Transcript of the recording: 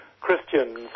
Christians